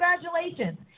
congratulations